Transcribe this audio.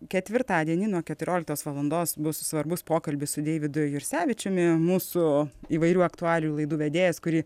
ketvirtadienį nuo keturioliktos valandos bus svarbus pokalbis su deividu jursevičiumi mūsų įvairių aktualijų laidų vedėjas kurį